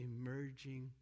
emerging